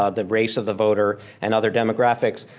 ah the race of the voter, and other demographics,